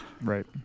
Right